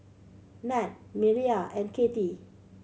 Nat Mireya and Kathey